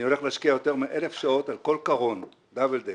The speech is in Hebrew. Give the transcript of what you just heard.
אני הולך להשקיע יותר מ-1,000 שעות על כל קרון double d,